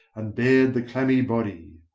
and bared the clammy body.